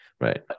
Right